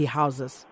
houses